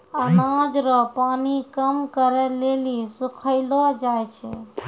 अनाज रो पानी कम करै लेली सुखैलो जाय छै